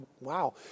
wow